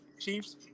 Chiefs